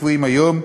הקבועים היום,